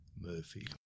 Murphy